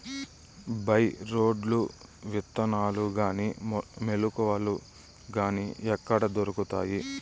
By రోడ్లు విత్తనాలు గాని మొలకలు గాని ఎక్కడ దొరుకుతాయి?